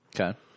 Okay